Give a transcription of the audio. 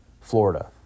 Florida